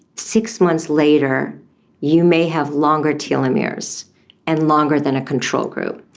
six months later you may have longer telomeres and longer than a control group.